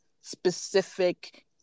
specific